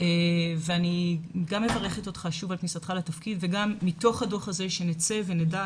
אני מברכת אותך על כניסתך לתפקיד ומקווה שמתוך הדוח הזה נצא ונדע